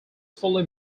fully